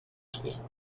school